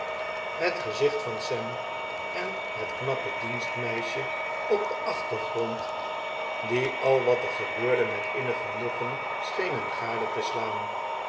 gelooven zicht van sam en het knappe dienstmeisje op den achtergrond die al wat er gebeurde met innig genoegen schenen gade te slaan